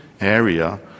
area